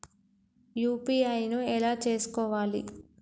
UPI ను ఎలా చేస్కోవాలి?